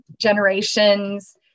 generations